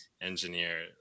engineer